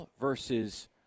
versus